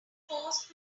post